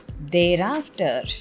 thereafter